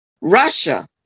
Russia